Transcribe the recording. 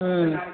ம்